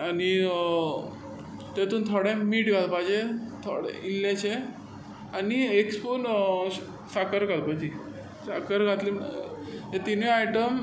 आनी तितून थोडें मीठ घालपाचें थोडें इल्लेशें आनी एक स्पून साकर घालपाची साकर घातली म्हूण हे तिनूय आयटम